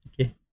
Okay